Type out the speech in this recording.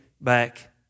back